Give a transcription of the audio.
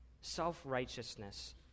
Self-righteousness